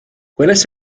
gwelais